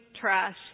trash